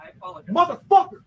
Motherfucker